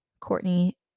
Courtney